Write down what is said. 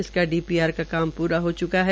इसका डीपीआर का काम पूरा हो च्का है